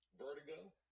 vertigo